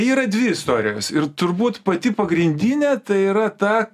yra dvi istorijos ir turbūt pati pagrindinė tai yra ta